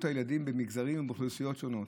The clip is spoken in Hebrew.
הילדים בין מגזרים ואוכלוסיות שונות.